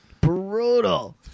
Brutal